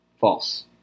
False